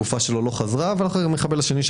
הגופה שלו לא חזרה והמחבל השני,